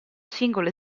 singolo